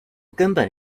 根本